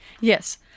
Yes